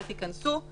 אל תיכנסו";